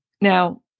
Now